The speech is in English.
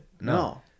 No